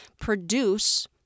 produce